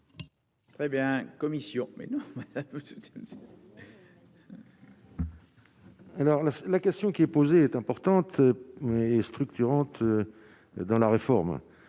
mais non. Alors là, la question qui est posée est importante et structurante dans la réforme,